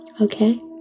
Okay